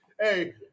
Hey